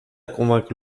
convaincre